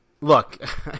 look